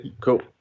cool